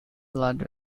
large